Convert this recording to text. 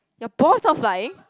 your ball is not flying